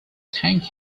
thank